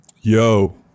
yo